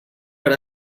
per